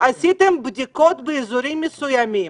עשיתם בדיקות באזורים מסוימים